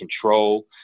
control